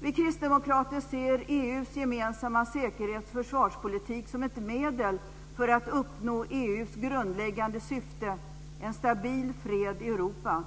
Vi kristdemokrater ser EU:s gemensamma säkerhets och försvarspolitik som ett medel för att uppnå EU:s grundläggande syfte, en stabil fred i Europa.